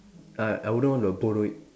I I wouldn't want to borrow it